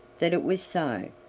that it was so.